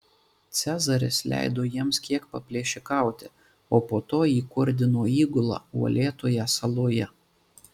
cezaris leido jiems kiek paplėšikauti o po to įkurdino įgulą uolėtoje saloje